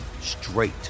straight